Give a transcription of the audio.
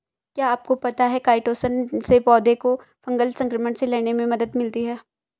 क्या आपको पता है काइटोसन से पौधों को फंगल संक्रमण से लड़ने में मदद मिलती है?